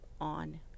on